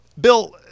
Bill